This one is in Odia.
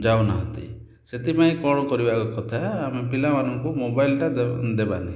ଯାଉନାହାଁନ୍ତି ସେଥିପାଇଁ କ'ଣ କରିବା କଥା ଆମେ ପିଲାମାନଙ୍କୁ ମୋବାଇଲଟା ଦେବାନି